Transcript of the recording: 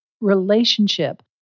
relationship